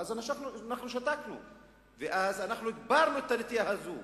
ואנחנו שתקנו והגברנו את הנטייה הזו